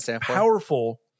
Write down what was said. powerful